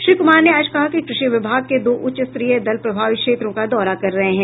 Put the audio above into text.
श्री कुमार ने आज कहा कि कृषि विभाग के दो उच्च स्तरीय दल प्रभावित क्षेत्रों का दौरा कर रहे हैं